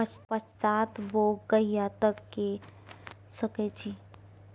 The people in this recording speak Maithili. पछात बौग कहिया तक के सकै छी?